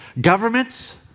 Governments